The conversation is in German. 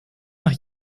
nach